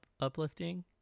uplifting